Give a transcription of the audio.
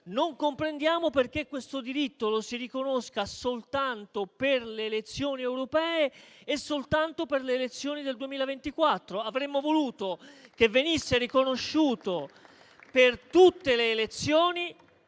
Non comprendiamo perché questo diritto lo si riconosca soltanto per le elezioni europee e soltanto per le elezioni del 2024. Avremmo voluto che venisse riconosciuto per tutte le elezioni